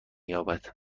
یابد